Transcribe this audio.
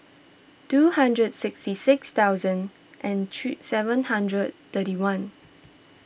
two hundred sixty six thousand and three seven hundred thirty one